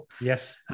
Yes